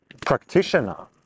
practitioner